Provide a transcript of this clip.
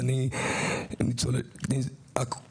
אני מבקשת שתיקחו לתשומת ליבכם ותיישמו את זה